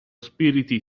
spiriti